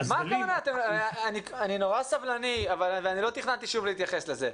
אני מאוד סבלני אבל מה הכוונה?